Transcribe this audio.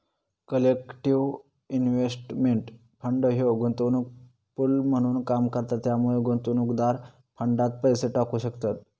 collective investment fund ह्यो गुंतवणूक pool म्हणून काम करता त्यामुळे गुंतवणूकदार फंडात पैसे टाकू शकतत